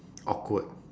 awkward